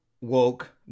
woke